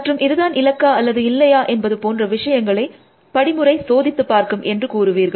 மற்றும் இதுதான் இலக்கா அல்லது இல்லையா என்பது போன்ற விஷயங்களை படிமுறை சோதித்து பார்க்கும் என்று கூறுவீர்கள்